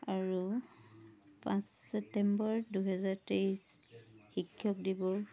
আৰু পাঁচ ছেপ্টেম্বৰ দুহেজাৰ তেইছ শিক্ষক দিৱস